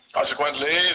Consequently